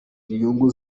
inyungu